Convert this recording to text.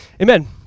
Amen